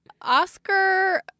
Oscar